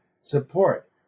support